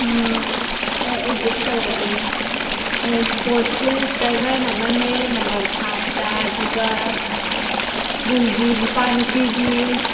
ꯑꯣ ꯑꯩ ꯑꯗꯨꯝ ꯇꯧꯔꯛꯑꯒꯦ ꯏꯁꯄꯣꯔꯠ ꯁꯨ ꯗꯔꯖꯟ ꯑꯃꯅꯦ ꯅꯝꯕꯔ ꯐꯥꯏꯚꯇ ꯑꯗꯨꯒ ꯁ꯭ꯀꯨꯜꯒꯤ ꯅꯨꯄꯥ ꯅꯨꯄꯤꯒꯤ